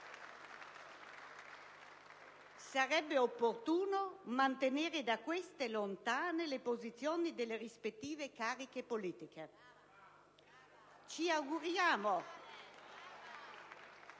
LNP)*:sarebbe opportuno mantenere da queste lontane le posizioni delle rispettive cariche politiche. *(Applausi